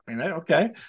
Okay